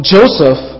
Joseph